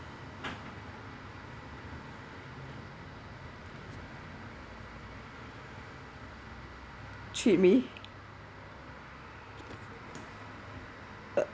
treat me uh